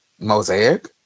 mosaic